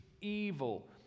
evil